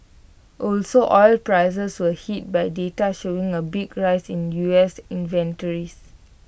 also oil prices were hit by data showing A big rise in U S inventories